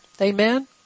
Amen